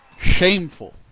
Shameful